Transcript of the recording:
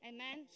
Amen